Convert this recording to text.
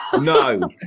no